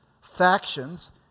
factions